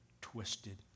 twisted